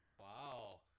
Wow